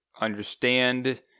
understand